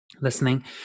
listening